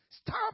Stop